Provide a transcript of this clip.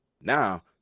Now